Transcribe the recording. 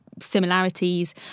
similarities